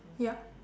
yup